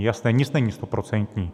Jasně, nic není stoprocentní.